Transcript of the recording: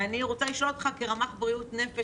ואני רוצה לשאול אותך כרמ"ח בריאות נפש,